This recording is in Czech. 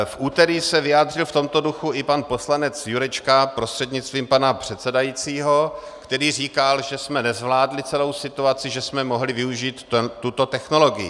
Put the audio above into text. V úterý se vyjádřil v tomto duchu i poslanec Jurečka prostřednictvím pana předsedajícího, který říkal, že jsme nezvládli celou situaci, že jsme mohli využít tuto technologii.